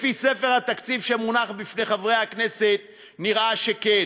לפי ספר התקציב שמונח לפני חברי הכנסת נראה שכן.